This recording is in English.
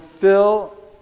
fill